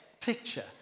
picture